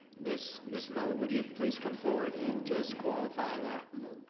miss miss muller, would you please come forward and just qualify that?